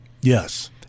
Yes